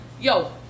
yo